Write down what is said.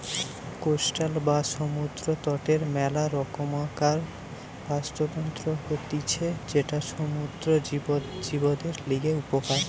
coastal বা সমুদ্র তটের মেলা রকমকার বাস্তুতন্ত্র হতিছে যেটা সমুদ্র জীবদের লিগে উপকারী